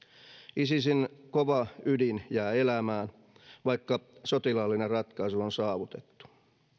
isisin kova ydin jää elämään vaikka sotilaallinen ratkaisu on saavutettu